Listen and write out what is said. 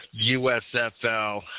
USFL